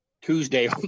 Tuesday